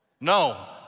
No